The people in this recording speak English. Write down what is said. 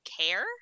care